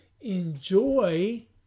enjoy